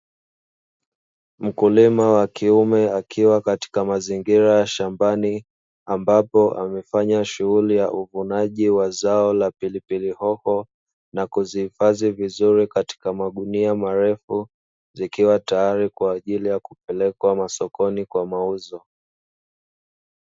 Mkulima wa kiume akiwa katika mazingira ya shambani ambapo amefanya shughuli ya uvunaji wa zao la pilipili hoho na kuzihifadhi vizuri katika magunia marefu zikiwa tayari kupelekwa masokoni kwa mauzo.